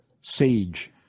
sage